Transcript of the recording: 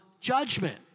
judgment